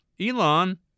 Elon